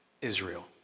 Israel